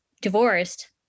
divorced